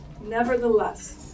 Nevertheless